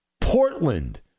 Portland